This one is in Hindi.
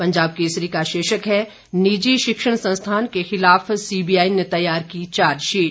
पंजाब केसरी का शीर्षक है निजी शिक्षण संस्थान के खिलाफ सीबीआई ने तैयार की चार्जशीट